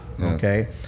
Okay